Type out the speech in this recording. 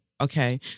Okay